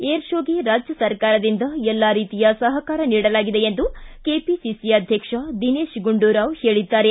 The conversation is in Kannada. ಏರ್ ಕೋಗೆ ರಾಜ್ಯ ಸರ್ಕಾರದಿಂದ ಎಲ್ಲಾ ರೀತಿಯ ಸಹಕಾರ ನೀಡಲಾಗಿದೆ ಎಂದು ಕೆಪಿಸಿಸಿ ಅಧ್ಯಕ್ಷ ದಿನೇತ್ ಗುಂಡೂರಾವ್ ಹೇಳಿದ್ದಾರೆ